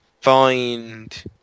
find